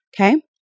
okay